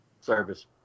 service